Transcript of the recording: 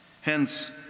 Hence